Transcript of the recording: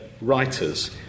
writers